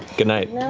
good night.